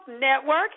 network